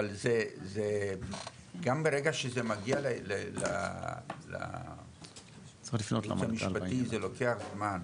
אבל גם ברגע שזה מגיע ללשכה המשפטית זה לוקח זמן.